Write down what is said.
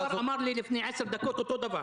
השר אמר לי לפני עשר דקות אותו דבר.